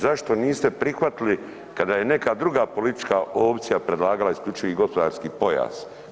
Zašto niste prihvatili kada je neka druga politička opcija predlagala isključivi gospodarski pojas.